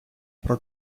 про